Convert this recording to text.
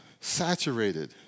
saturated